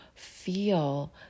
Feel